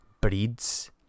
breeds